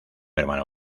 hermano